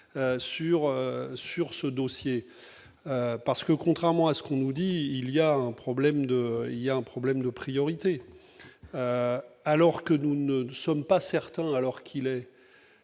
sur ce dossier parce que contrairement à ce qu'on nous dit il y a un problème de il y a un problème de priorités. Alors que nous ne sommes pas certains alors qu'il est